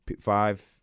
Five